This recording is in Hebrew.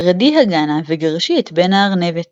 “רדי הגנה וגרשי את בן-הארנבת.”